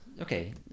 okay